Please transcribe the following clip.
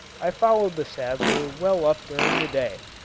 i followed the saddler well up during the day,